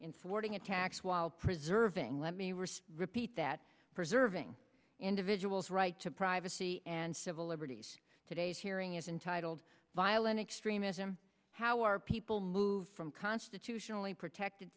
swerving attacks while preserving let me risk repeat that preserving individual's right to privacy and civil liberties today's hearing is entitled violent extremism how are people move from constitutionally protected